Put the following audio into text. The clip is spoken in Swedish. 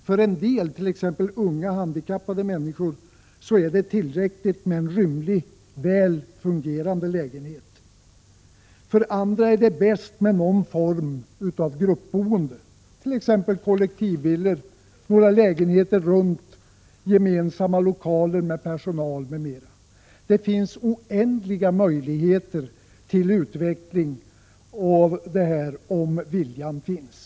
För en del, t.ex. unga handikappade människor, är det tillräckligt med en rymlig och väl fungerande lägenhet. För andra är det bäst med någon form av gruppboende, t.ex. kollektivvillor eller några lägenheter runt gemensamma lokaler med personal m.m. Det finns oändliga möjligheter till utveckling om viljan finns.